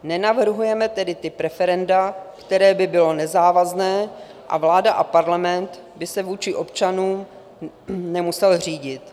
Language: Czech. Nenavrhujeme tedy typ referenda, které by bylo nezávazné a vláda a Parlament by se vůlí občanů nemusel řídit.